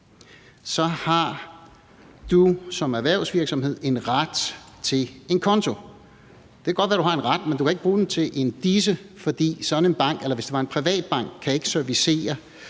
så har du som erhvervsvirksomhed en ret til en konto. Det kan godt være, at du har en ret, men du kan ikke bruge den til en disse, for hvis det er en privat bank, kan den ikke servicere.